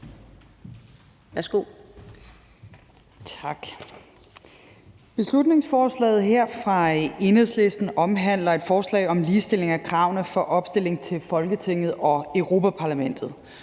Beslutningsforslaget her fra Enhedslisten omhandler et forslag om ligestilling af kravene for opstilling til Folketinget og Europa-Parlamentet.